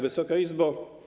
Wysoka Izbo!